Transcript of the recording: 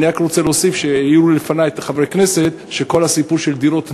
אני רק רוצה להוסיף שהעירו לפני חברי הכנסת שכל הסיפור של דירות נ"ר,